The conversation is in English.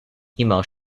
emails